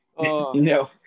no